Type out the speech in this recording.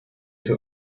ihre